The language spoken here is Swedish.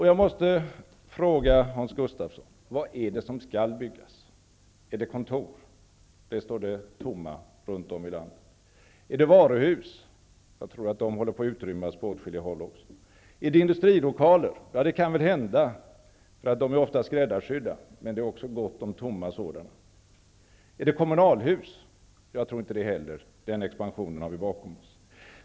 Jag måste fråga Hans Gustafsson vad det är som skall byggas. Är det kontor? De står tomma runt om i landet. Är det varuhus? Jag tror att de håller på att utrymmas på åtskilliga håll också. Är det industrilokaler? Ja, det kan hända, eftersom de ofta är skräddarsydda. Men det finns också gott om tomma sådana. Är det kommunalhus? Jag tror inte det heller. Den expansionen har vi bakom oss.